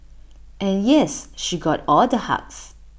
and yes she got all the hugs